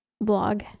blog